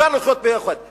אפשר לחיות ביחד,